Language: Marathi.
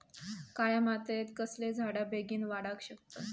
काळ्या मातयेत कसले झाडा बेगीन वाडाक शकतत?